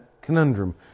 conundrum